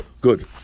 Good